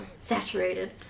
saturated